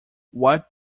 what